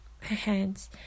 hands